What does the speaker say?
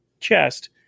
chest